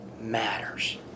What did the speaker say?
matters